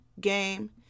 game